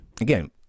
again